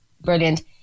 brilliant